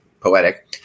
poetic